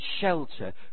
shelter